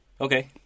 Okay